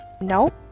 nope